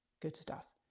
good stuff.